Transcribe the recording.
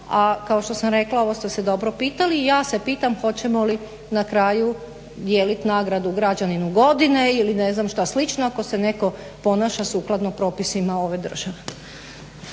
A kao što sam rekla ovo ste se dobro pitali i ja se pitam hoćemo li na kraju dijelit nagradu građaninu godine ili ne znam šta slično ako se netko ponaša sukladno propisima ove države.